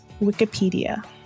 Wikipedia